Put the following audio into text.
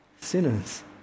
sinners